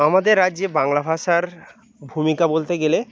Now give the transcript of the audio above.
আমাদের রাজ্যে বাংলা ভাষার ভূমিকা বলতে গেলে